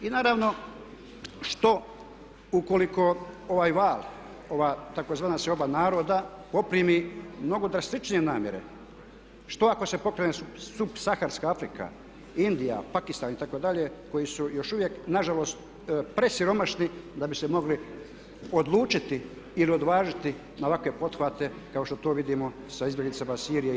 I naravno što ukoliko ovaj val, ova tzv. seoba naroda poprimi mnogo drastičnije namjere, što ako se pokrene subsaharska Afrika, Indija, Pakistan itd. koji su još uvijek nažalost presiromašni da bi se mogli odlučiti ili odvažiti na ovakve pothvate kao što to vidimo sa izbjeglicama Sirije, Iraka itd.